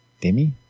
Demi